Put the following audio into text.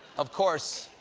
of course,